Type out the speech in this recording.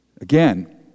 Again